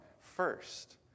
first